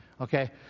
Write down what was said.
okay